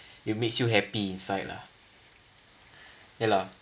it makes you happy inside lah ya lah